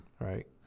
right